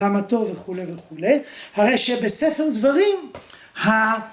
עמתו וכולי וכולי הרי שבספר דברים ה...